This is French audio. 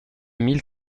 mille